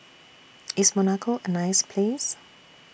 IS Monaco A nice Place